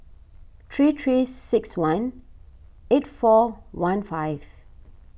three three six one eight four one five